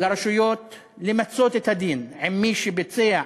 לרשויות למצות את הדין עם מי שביצע